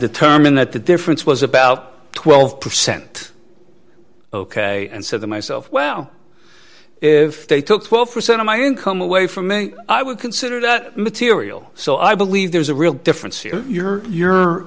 determine that the difference was about twelve percent ok and said to myself well if they took twelve percent of my income away from me i would consider that material so i believe there's a real difference in your you